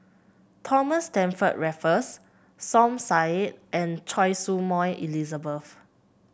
Thomas Stamford Raffles Som Said and Choy Su Moi Elizabeth